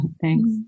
Thanks